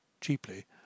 cheaply